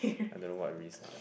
I don't know what risk ah